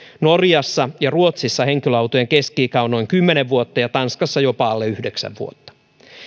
norjassa ja ruotsissa henkilöautojen keski ikä on noin kymmenen vuotta ja tanskassa jopa alle yhdeksän vuotta